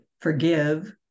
forgive